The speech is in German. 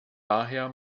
daher